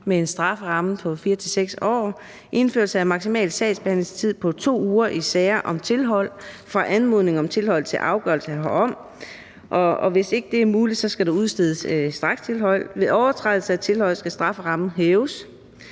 med en strafferamme på 4-6 år; indførelse af maksimal sagsbehandlingstid på 2 uger i sager om tilhold fra anmodning om tilhold til afgørelse herom, og hvis ikke det er muligt, skal der udstedes strakstilhold; ved overtrædelse af tilholdet skal strafferammen hæves;